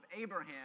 Abraham